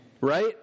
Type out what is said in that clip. Right